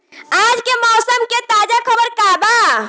आज के मौसम के ताजा खबर का बा?